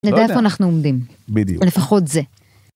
נדע איפה אנחנו עומדים,(בדיוק) לפחות זה.